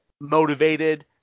motivated